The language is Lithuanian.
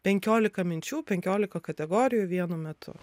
penkiolika minčių penkiolika kategorijų vienu metu